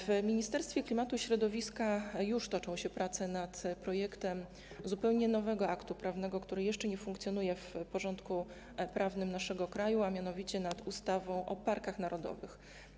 W Ministerstwie Klimatu i Środowiska już toczą się prace nad projektem zupełnie nowego aktu prawnego, który jeszcze nie funkcjonuje w porządku prawnym naszego kraju, a mianowicie nad ustawą o parkach narodowych.